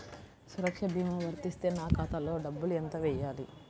సురక్ష భీమా వర్తిస్తే నా ఖాతాలో డబ్బులు ఎంత వేయాలి?